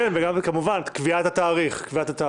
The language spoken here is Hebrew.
כמובן, קביעת התאריך.